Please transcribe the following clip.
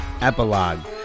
epilogue